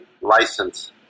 license